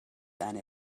eine